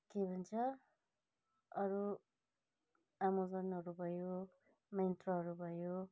के भन्छ अरू अमेजनहरू भयो मिन्त्राहरू भयो